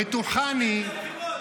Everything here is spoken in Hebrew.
-- בטוחני --- אז בוא נלך לבחירות,